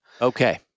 Okay